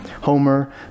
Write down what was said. Homer